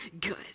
good